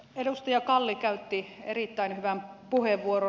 edustaja kalli käytti erittäin hyvän puheenvuoron